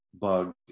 bug